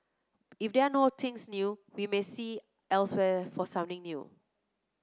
if there are no things new we may see elsewhere for something new